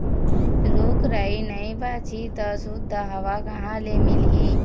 रूख राई नइ बाचही त सुद्ध हवा कहाँ ले मिलही